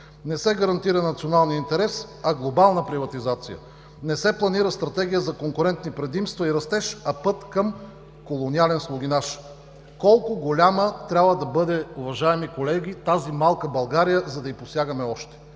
не се гарантира националният интерес, а глобална приватизация; не се планира стратегия за конкурентни предимства и растеж, а път към колониален слугинаж. Колко голяма трябва да бъде, уважаеми колеги, тази малка България, за да й посягаме още